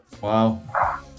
Wow